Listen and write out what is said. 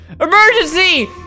EMERGENCY